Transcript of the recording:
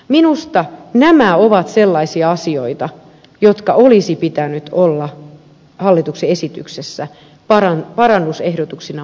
minusta nämä ovat sellaisia asioita joiden olisi pitänyt olla hallituksen esityksessä parannusehdotuksina mukana